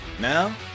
Now